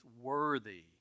worthy